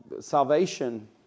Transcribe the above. salvation